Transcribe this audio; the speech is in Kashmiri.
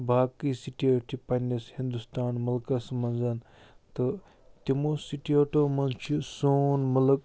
باقٕے سِٹیٹ چھِ پنٕنِس ہندوسان مُلکس منٛز تہٕ تِمو سِٹیٹو منٛز چھِ سون مُلک